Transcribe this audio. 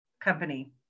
Company